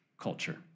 culture